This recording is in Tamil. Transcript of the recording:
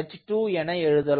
h2 என எழுதலாம்